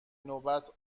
نوبت